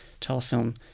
Telefilm